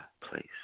place